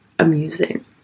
amusing